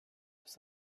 des